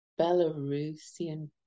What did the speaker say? Belarusian